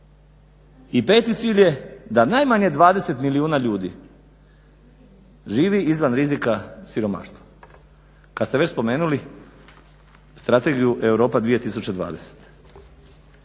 i peti cilj je da najmanje 20 milijuna ljudi živi izvan rizika siromaštva. Kad ste već spomenuli Strategiju Europa 2020.